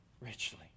richly